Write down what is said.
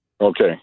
Okay